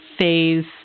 phase